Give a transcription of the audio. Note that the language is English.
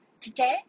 Today